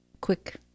quick